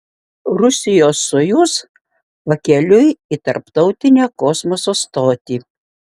rusijos sojuz pakeliui į tarptautinę kosmoso stotį